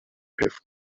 have